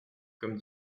comme